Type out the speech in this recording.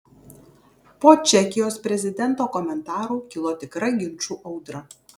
po čekijos prezidento komentarų kilo tikra ginčų audra